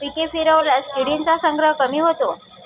पिके फिरवल्यास किडींचा संग्रह कमी होतो